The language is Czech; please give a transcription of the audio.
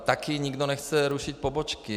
Taky nikdo nechce rušit pobočky.